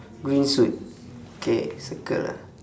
green suit K circle ah